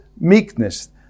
meekness